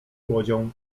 łodzią